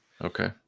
Okay